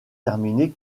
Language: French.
terminé